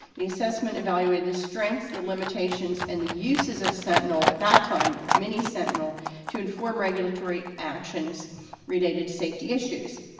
the assessment evaluation the strenghts, the limitations, and the uses of sentinel at that time mini-sentinel to inform regulatory actions related to safety issues.